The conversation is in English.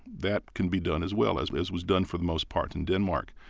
that can be done as well as as was done, for the most part, in denmark.